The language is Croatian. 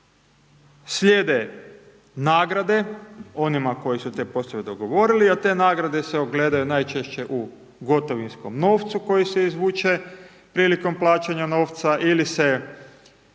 slijede nagrade onima koji su te poslove dogovorili a te nagrade se ogledaju najčešće u gotovinskom novcu koji se izvuče prilikom plaćanja novca ili se